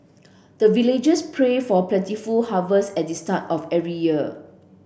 the villagers pray for plentiful harvest at the start of every year